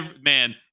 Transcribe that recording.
Man